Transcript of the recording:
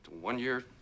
One-year